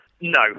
No